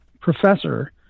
professor